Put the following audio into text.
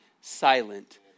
silent